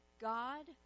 God